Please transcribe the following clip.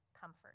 comfort